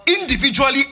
individually